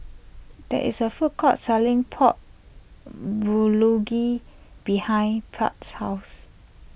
there is a food court selling Pork Bulgogi behind Pratt's house